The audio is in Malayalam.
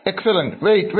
മനോഹരമായിരിക്കുന്നു